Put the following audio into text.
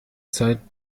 zeit